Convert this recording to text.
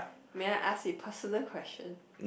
may I ask a personal question